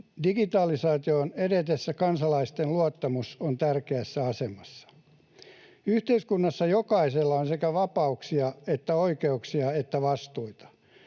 Digitalisaation edetessä kansalaisten luottamus on tärkeässä asemassa. Yhteiskunnassa jokaisella on sekä vapauksia että oikeuksia että vastuita.